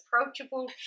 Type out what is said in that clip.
approachable